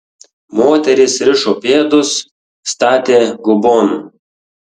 moterys rišo pėdus statė gubon